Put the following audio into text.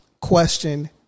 question